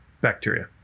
bacteria